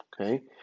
Okay